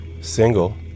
single